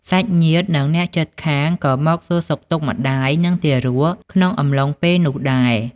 សាច់ញាតិ និងអ្នកជិតខាងក៏មកសួរសុខទុក្ខម្ដាយ និងទារកក្នុងអំឡុងពេលនោះដែរ។